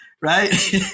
Right